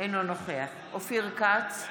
אינו נוכח אופיר כץ,